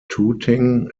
tooting